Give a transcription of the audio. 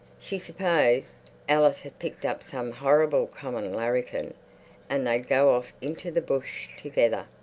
she supposed alice had picked up some horrible common larrikin and they'd go off into the bush together.